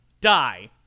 die